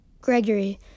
Gregory